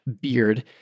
beard